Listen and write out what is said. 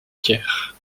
caire